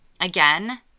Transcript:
Again